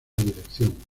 dirección